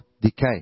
decay